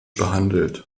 behandelt